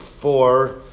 four